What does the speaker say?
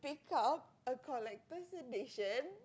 these are all a collecter's edition